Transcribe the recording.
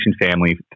family